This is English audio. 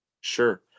sure